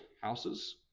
houses